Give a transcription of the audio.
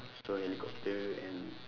so helicopter and